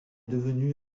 devenu